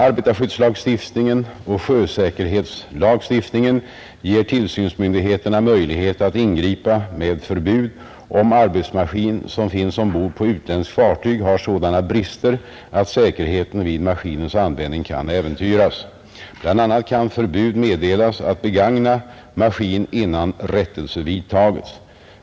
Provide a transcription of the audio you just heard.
Arbetarskyddslagstiftningen och sjösäkerhetslagstiftningen ger tillsynsmyndigheterna möjlighet att ingripa med förbud, om arbetsmaskin som finns ombord på utländskt fartyg har sådana brister att säkerheten vid maskinens användning kan äventyras. Bl.a. kan förbud meddelas att begagna maskinen innan rättelse vidtagits.